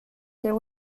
their